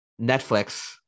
Netflix